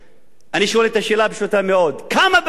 אני שואל שאלה פשוטה מאוד: כמה בתי-ספר